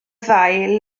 ddau